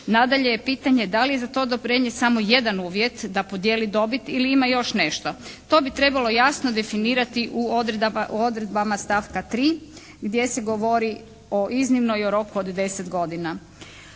Nadalje je pitanje da li je za to odobrenje samo jedan uvjet da podijeli dobit ili ima još nešto. To bi trebalo jasno definirati u odredbama stavka 3. gdje se govori o iznimno i o roku od 10 godina.